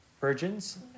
virgins